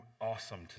awesome